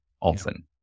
often